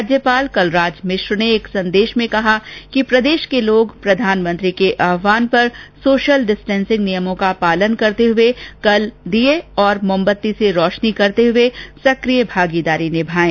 राज्यपाल कलराज मिश्र ने एक संदेश में कहा कि प्रदेश के लोग प्रधानमंत्री के आह्वान पर सोशल डिस्टेंसिंग नियमों का पालन करते हुए कल दीए मोमबत्ती से रोशनी करते हुए सक्रिय भागीदारी निभाएं